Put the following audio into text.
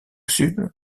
sud